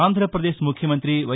ఆంధ్రప్రదేశ్ ముఖ్యమంత్రి వై